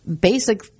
basic